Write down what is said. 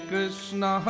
Krishna